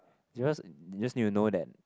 because just new to know that